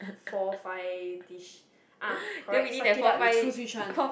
four five dish ah correct suck it up you choose which one